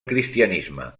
cristianisme